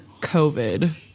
COVID